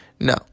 no